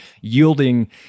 yielding